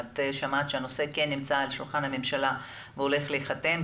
את שמעת שהנושא כן נמצא על שולחן הממשלה והולך להילחם.